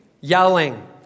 yelling